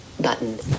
button